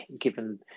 given